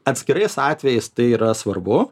atskirais atvejais tai yra svarbu